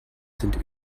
sind